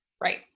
Right